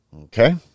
Okay